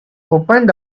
opened